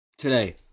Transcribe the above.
Today